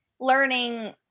Learning